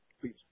please